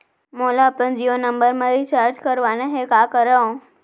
मोला अपन जियो नंबर म रिचार्ज करवाना हे, का करव?